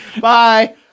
Bye